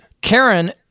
Karen